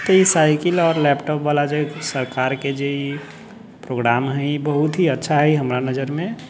तऽ ई साइकिल आओर लैपटॉप वला जे सरकार के जे प्रोग्राम हइ ई बहुत ही अच्छा है हमरा नजर मे